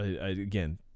again